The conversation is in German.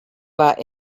war